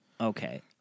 Okay